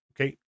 Okay